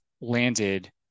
landed